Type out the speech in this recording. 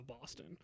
Boston